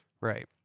right